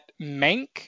Mank